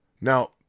Now